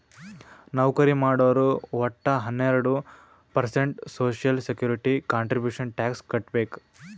ನೌಕರಿ ಮಾಡೋರು ವಟ್ಟ ಹನ್ನೆರಡು percent social security contribution tax ಕಟ್ಬೇಕ್